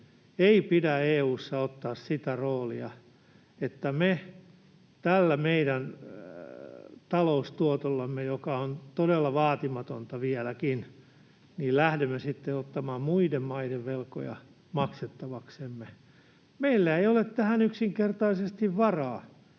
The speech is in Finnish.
ei pidä EU:ssa ottaa sitä roolia, että me tällä meidän taloustuotollamme, joka on todella vaatimatonta vieläkin, lähdemme sitten ottamaan muiden maiden velkoja maksettavaksemme. Meillä ei ole tähän yksinkertaisesti varaa,